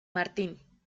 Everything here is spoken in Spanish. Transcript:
martín